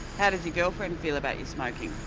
how does your girlfriend feel about you smoking? oh,